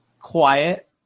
quiet